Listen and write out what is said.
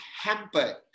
hampered